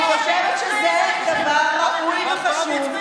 אני חושבת שזה דבר ראוי וחשוב.